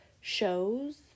shows